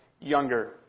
younger